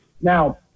Now